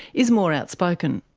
is more outspoken.